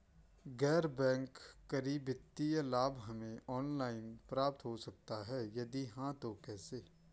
गैर बैंक करी वित्तीय लाभ हमें ऑनलाइन प्राप्त हो सकता है यदि हाँ तो कैसे?